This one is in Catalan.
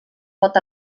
pot